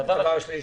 הדבר השלישי.